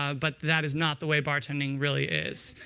um but that is not the way bartending really is.